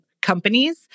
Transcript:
companies